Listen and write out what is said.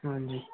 हां जी